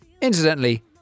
Incidentally